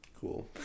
Cool